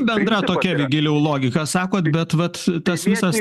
bendra tokia giliau logika sakot bet vat tas visas